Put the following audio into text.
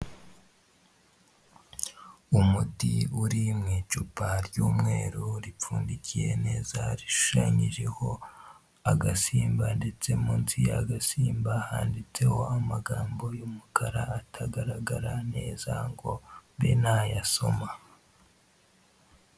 Umuti uri mu icupa ry'umweru ripfundikiye neza rishushanyijeho agasimba, ndetsetse munsi y'agasimba handitseho amagambo y'umukara atagaragara neza ngo mbe nayasoma.